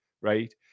right